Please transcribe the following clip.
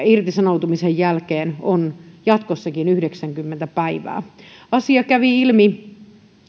irtisanoutumisen jälkeen on jatkossakin yhdeksänkymmentä päivää asia kävi ilmi